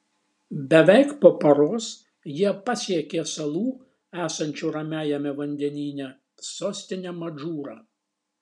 beveik po paros jie pasiekė salų esančių ramiajame vandenyne sostinę madžūrą